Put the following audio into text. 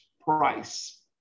price